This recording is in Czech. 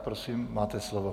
Prosím, máte slovo.